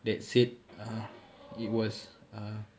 that said uh it was uh